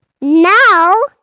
No